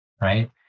right